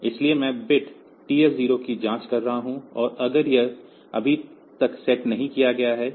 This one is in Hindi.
इसलिए मैं बिट TF0 की जांच कर रहा हूं और अगर यह अभी तक सेट नहीं किया गया है